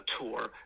tour